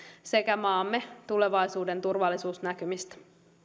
kuin maamme tulevaisuuden turvallisuusnäkymistä